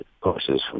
courses